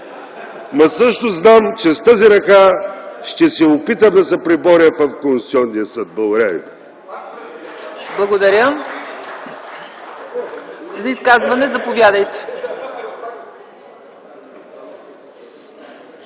Но също знам, че с тази ръка ще се опитам да се преборя в Конституционния съд.